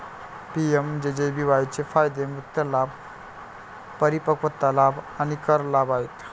PMJJBY चे फायदे मृत्यू लाभ, परिपक्वता लाभ आणि कर लाभ आहेत